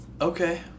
Okay